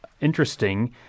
interesting